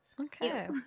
Okay